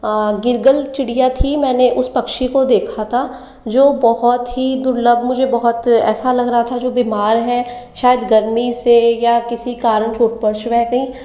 गिर्गल चिड़िया थी मैं ने उस पक्षी को देखा था जो बहुत ही दुर्लभ मुझे बहुत ऐसा लग रहा था जो बीमार है शायद गर्मी से या किसी कारण फ़ुट पार्टहर्टिंग रहती